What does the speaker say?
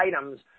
items